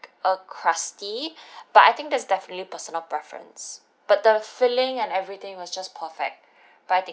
uh crusty but I think that's definitely personal preference but the filling and everything was just perfect but I think